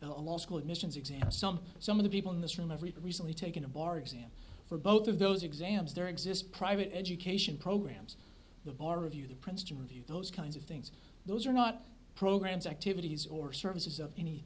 a law school admissions exam something some of the people in this room have read recently taken a bar exam for both of those exams there exist private education programs the bar review the princeton review those kinds of things those are not programs activities or services